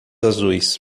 azuis